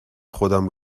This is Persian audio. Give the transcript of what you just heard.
خودم